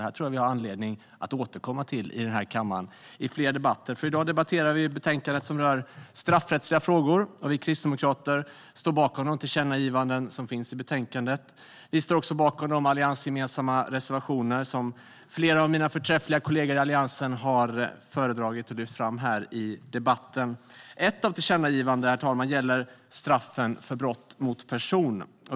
Detta tror jag att vi får anledning att återkomma till här i kammaren i fler debatter. I dag debatterar vi betänkandet som rör straffrättsliga frågor. Vi kristdemokrater står bakom de tillkännagivanden som finns i betänkandet. Vi står också bakom de alliansgemensamma reservationer som flera av mina förträffliga kollegor i Alliansen har föredragit och lyft fram i den här debatten. Ett av tillkännagivandena, herr talman, gäller straffen för brott mot person.